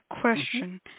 question